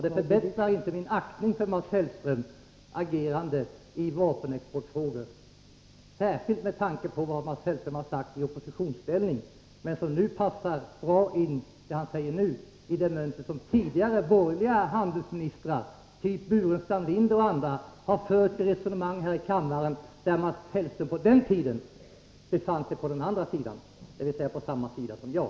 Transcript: Det förbättrar inte min aktning för Mats Hellströms agerande i vapenexportfrågor, särskilt med tanke på vad Mats Hellström har sagt i oppositionsställning. Det han nu säger passar bra in i det mönster som tidigare borgerliga handelsministrar, t.ex. Staffan Burenstam Linder, har resonerat efter här i kammaren. Men på den tiden befann sig Mats Hellström på den andra sidan, dvs. på samma sida som jag.